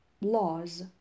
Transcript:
Laws